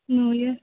नुयो